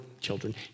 children